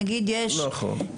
נכון.